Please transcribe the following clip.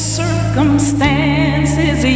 circumstances